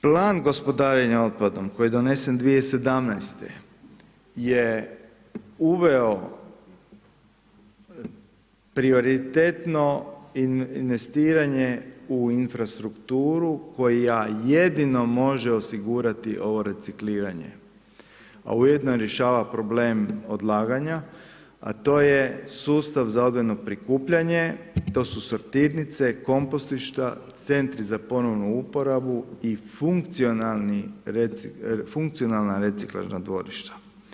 Plan gospodarenja otpadom koji je donesen 2017. je uveo prioritetno investiranje u infrastrukturu, koju ja jedino može osigurati ovo recikliranje, a ujedno i rješava problem odlaganja, a to je sustav za odvojeno prikupljanje, to su sortirnice, kompotišta, centri za ponovno uporabu i funkcionalna reciklaža dvorišta.